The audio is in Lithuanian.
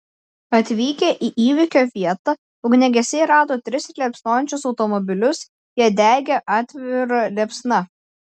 atvykę į įvykio vietą ugniagesiai rado tris liepsnojančius automobilius jie degė atvira liepsna